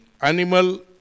animal